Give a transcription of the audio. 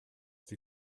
die